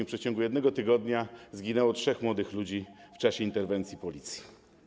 W ciągu jednego tygodnia zginęło trzech młodych ludzi w czasie interwencji policji.